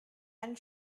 einen